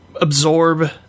absorb